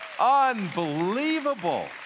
Unbelievable